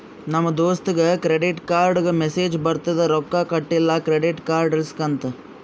ನಮ್ ದೋಸ್ತಗ್ ಕ್ರೆಡಿಟ್ ಕಾರ್ಡ್ಗ ಮೆಸ್ಸೇಜ್ ಬರ್ತುದ್ ರೊಕ್ಕಾ ಕಟಿಲ್ಲ ಕ್ರೆಡಿಟ್ ರಿಸ್ಕ್ ಅಂತ್